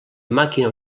màquina